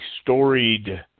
storied